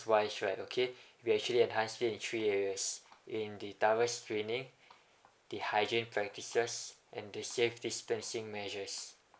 wise right okay we actually enhance it in three areas in the screening the hygiene practices and the safe distancing measures